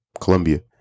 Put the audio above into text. Colombia